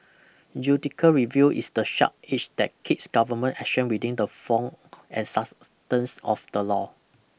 judical review is the sharp edge that keeps government action within the form and substance of the law